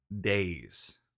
days